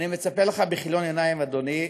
אני מצפה לך בכיליון עניים, אדוני.